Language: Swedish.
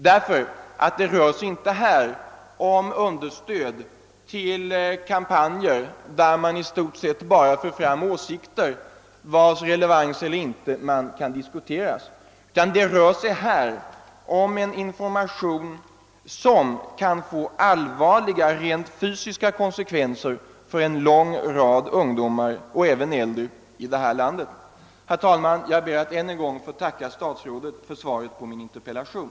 Det rör sig nämligen inte här om understöd till kampanjer där man i stort sett endast för fram åsikter, vilkas relevans kan diskuteras, utan det rör sig om en information som kan få allvarliga rent fysiska konsekvenser för en lång rad ungdomar och även äldre i detta land. Herr talman! Jag ber att än en gång få tacka statsrådet för svaret på min interpellation.